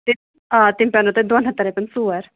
تِم آ تِم بَنٕنو تۄہہِ دۄن ہَتھ رۄپیَن ژور